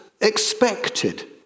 expected